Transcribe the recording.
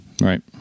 Right